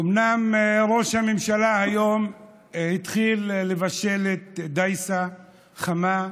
אומנם ראש הממשלה התחיל היום לבשל דייסה חמה,